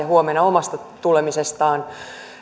huomenna omasta tulemisestaan